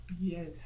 Yes